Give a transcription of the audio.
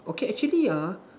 okay actually ah